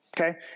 okay